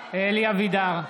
אבידר,